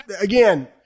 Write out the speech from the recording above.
again –